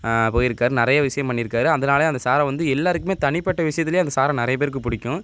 போயிருக்கார் நிறைய விஷயோம் பண்ணிருக்கார் அந்தனாலே அந்த சாரை வந்து எல்லாருக்குமே தனிப்பட்ட விஷயத்துலே அந்த சாரை நிறைய பேருக்கு பிடிக்கும்